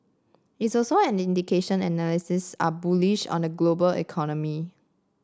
it's also an indication analysts are bullish on the global economy